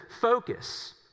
focus